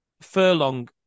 Furlong